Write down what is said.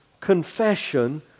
confession